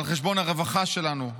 על חשבון הרווחה שלנו,